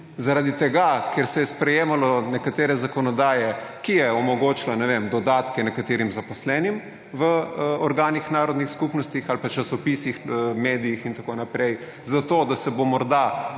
Zaradi tega, ker se je sprejemalo nekatere zakonodaje, ki je omogočila, ne vem, dodatke nekaterim zaposlenim v organih narodnih skupnosti ali pa časopisih, medijih in tako naprej. Zato da se bo morda